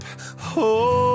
Hope